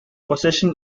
possession